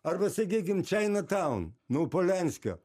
arba sakykim čiaina taun nu polianskio